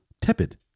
tepid